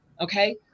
Okay